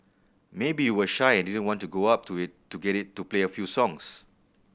maybe you were shy and didn't want to go up to it to get it to play a few songs